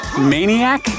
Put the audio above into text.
Maniac